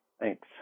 Thanks